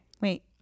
Wait